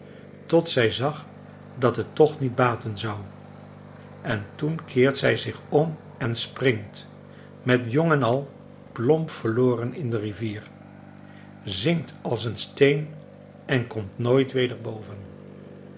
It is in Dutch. tot zij zag dat het toch niet baten zou en toen keert zij zich om en springt met jong en al plompverloren in de rivier zinkt als een steen en komt nooit weder boven